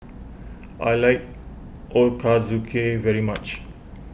I like Ochazuke very much